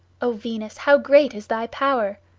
o venus, how great is thy power!